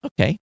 Okay